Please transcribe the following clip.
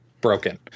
broken